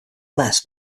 less